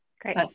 Great